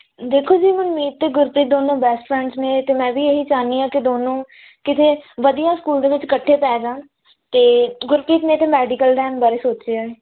ਦੇਖੋ ਜੀ ਹੁਣ ਮੀਤ ਅਤੇ ਗੁਰਪ੍ਰੀਤ ਦੋਨੋਂ ਬੈਸਟ ਫਰੈਂਡਸ ਨੇ ਅਤੇ ਮੈਂ ਵੀ ਇਹੀ ਚਾਹੁੰਦੀ ਹਾਂ ਕਿ ਦੋਨੋਂ ਕਿਤੇ ਵਧੀਆ ਸਕੂਲ ਦੇ ਵਿੱਚ ਇਕੱਠੇ ਪੈ ਜਾਣ ਅਤੇ ਗੁਰਪ੍ਰੀਤ ਨੇ ਤਾਂ ਮੈਡੀਕਲ ਲੈਣ ਬਾਰੇ ਸੋਚਿਆ ਏ